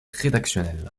rédactionnel